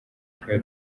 twari